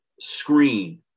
Screen